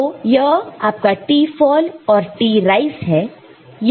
तो यह आपका t fall और t rise है